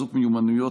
חיזוק מיומנויות,